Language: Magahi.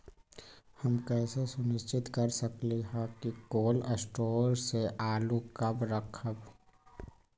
हम कैसे सुनिश्चित कर सकली ह कि कोल शटोर से आलू कब रखब?